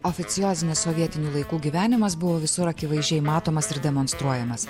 oficiozinis sovietinių laikų gyvenimas buvo visur akivaizdžiai matomas ir demonstruojamas